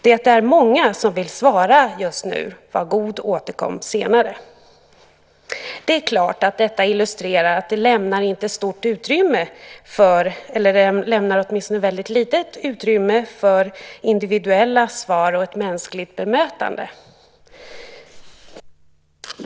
Det är många som vill svara just nu, var god återkom senare. Detta illustrerar att det lämnar väldigt lite utrymme för individuella svar och ett mänskligt bemötande.